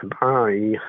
bye